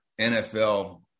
NFL